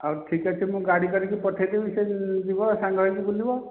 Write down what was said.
ଆଉ ଠିକ୍ ଅଛି ମୁଁ ଗାଡ଼ି କରିକି ପଠାଇ ଦେବି ସେ ଯିବ ସାଙ୍ଗ ହୋଇକି ବୁଲିବ